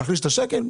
להחליש את השקל.